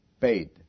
paid